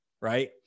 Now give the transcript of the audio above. Right